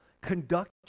Conduct